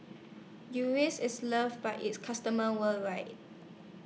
Eucerin IS loved By its customers worldwide